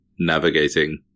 navigating